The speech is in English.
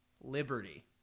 Liberty